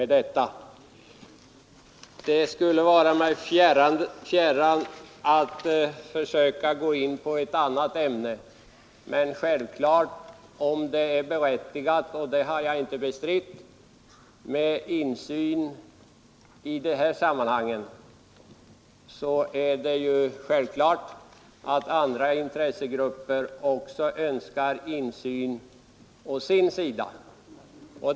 Det skulle vara mig fjärran att försöka gå in på ett annat ämne, men om det är berättigat med insyn i dessa sammanhang — och det har jag inte bestritt — är det självklart att andra intressegrupper också önskar insyn.